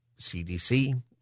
CDC